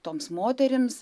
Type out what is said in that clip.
toms moterims